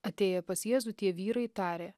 atėję pas jėzų tie vyrai tarė